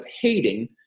hating